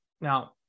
now